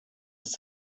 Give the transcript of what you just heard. ist